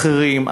אחרים,